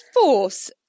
force